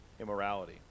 immorality